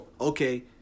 okay